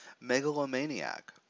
Megalomaniac